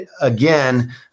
again